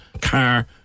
car